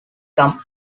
come